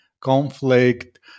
conflict